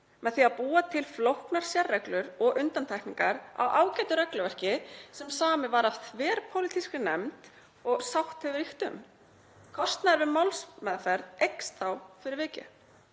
með því að búa til flóknar sérreglur og undantekningar á ágætu regluverki sem samið var af þverpólitískri nefnd og sátt hefur ríkt um. Kostnaður við málsmeðferð eykst fyrir vikið.